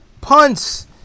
punts